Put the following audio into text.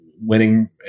winning